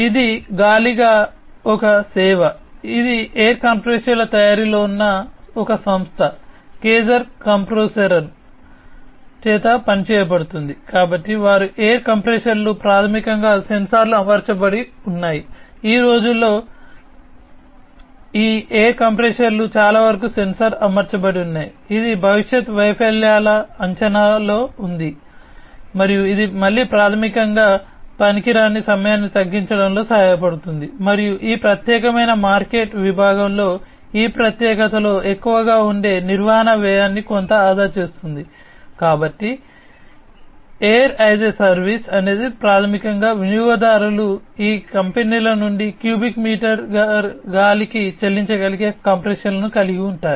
ఇది గాలిగా ఒక సేవ ఇది ఎయిర్ కంప్రెషర్ల తయారీలో ఉన్న ఒక సంస్థ అయిన కేజర్ కొంప్రెసోరెన్ అనేది ప్రాథమికంగా వినియోగదారులు ఈ కంపెనీల నుండి క్యూబిక్ మీటర్ గాలికి చెల్లించగలిగే కంప్రెషర్లను కలిగి ఉంటారు